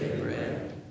bread